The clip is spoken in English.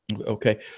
Okay